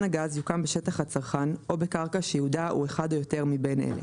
הגז יוקם בשטח הצרכן או בקרקע שייעודה הוא אחד או יותר מבין אלה: